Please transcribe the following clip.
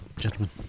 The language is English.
gentlemen